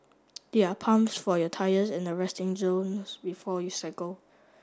there are pumps for your tyres at the resting zones before you cycle